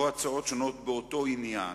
או הצעות שונות באותו עניין,